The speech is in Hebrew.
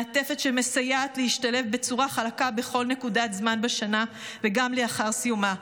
מעטפת שמסייעת להשתלב בצורה חלקה בכל נקודת זמן בשנה וגם לאחר סיומה,